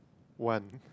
one